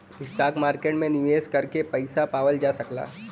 stock market में निवेश करके पइसा पावल जा सकला